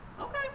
Okay